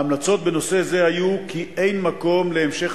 ההמלצות בנושא זה היו כי אין מקום להמשך